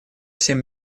всем